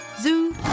Zoo